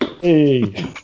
Hey